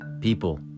People